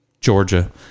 Georgia